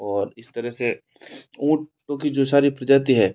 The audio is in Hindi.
और इस तरह से ऊँट क्योंकि जो सारी प्रजाति है